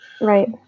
Right